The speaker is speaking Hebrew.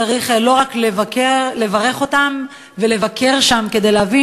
צריך לא רק לברך אותם ולבקר שם כדי להבין,